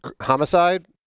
homicide